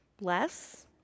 Less